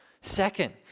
second